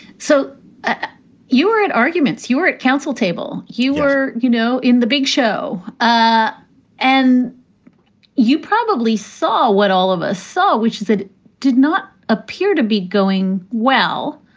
so ah you were at arguments, you were at counsel table. you were, you know, in the big show ah and you probably saw what all of us saw, which is it did not appear to be going well.